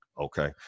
Okay